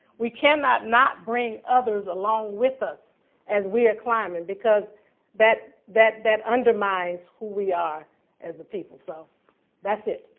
we cannot not bring others along with us as we are climbing. because that that undermines who we are as a people. so that's it.